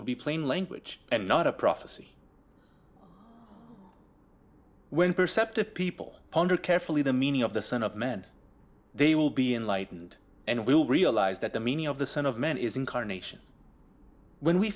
will be plain language and not a prophecy when perceptive people ponder carefully the meaning of the scent of men they will be enlightened and will realize that the meaning of the son of man is incarnation when we